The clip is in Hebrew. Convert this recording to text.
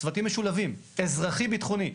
צוותים משולבים, אזרחי-ביטחוני,